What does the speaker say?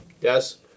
yes